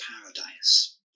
paradise